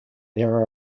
there